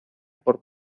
por